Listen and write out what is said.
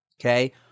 Okay